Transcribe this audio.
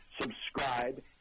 subscribe